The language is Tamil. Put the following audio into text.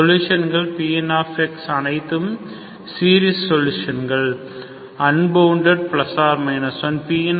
சொலுஷன்கள் Pnxஅனைத்தும் சீரிஸ் சொலுஷன்கள் அன்பவுண்டட் ±1